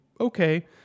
okay